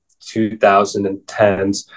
2010s